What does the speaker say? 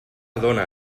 dóna